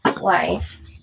life